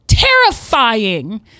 terrifying